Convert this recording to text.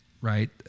right